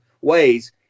ways